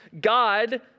God—